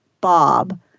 Bob